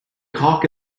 cock